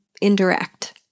indirect